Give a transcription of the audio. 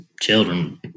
children